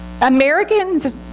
Americans